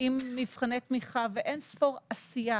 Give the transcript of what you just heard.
ועם מבחני תמיכה ואינספור עשייה,